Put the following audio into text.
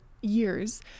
years